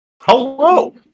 Hello